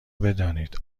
بدانید